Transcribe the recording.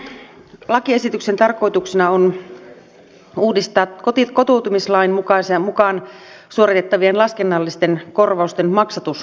tämän lakiesityksen tarkoituksena on uudistaa kotoutumislain mukaan suoritettavien laskennallisten korvausten maksatusprosessia